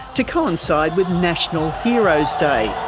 to coincide with national heroes day.